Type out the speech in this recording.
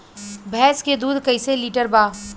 भैंस के दूध कईसे लीटर बा?